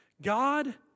God